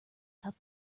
cup